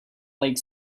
like